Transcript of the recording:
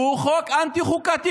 והוא חוק אנטי-חוקתי,